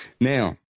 Now